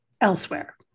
elsewhere